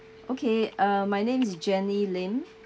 okay uh my name's jenny lim